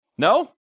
No